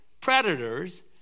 predators